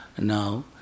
now